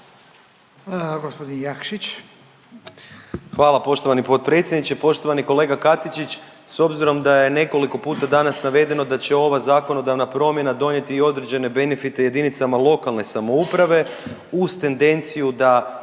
**Jakšić, Mišel (SDP)** Hvala poštovani potpredsjedniče. Poštovani kolega Katičić, s obzirom da je nekoliko puta danas navedeno da će ova zakonodavna promjena donijeti i određene benefite jedinicama lokalne samouprave uz tendenciju da